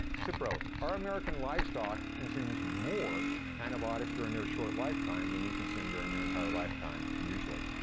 cipro. our american livestock consumes more antibiotics during their short lifetime than you consume during your entire lifetime, usually.